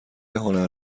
هنر